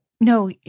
No